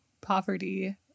poverty